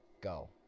Go